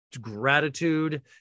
gratitude